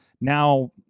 now